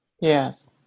yes